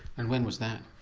and when was that?